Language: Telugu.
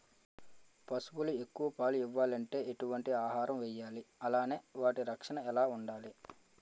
పశువులు ఎక్కువ పాలు ఇవ్వాలంటే ఎటు వంటి ఆహారం వేయాలి అలానే వాటి రక్షణ ఎలా వుండాలి?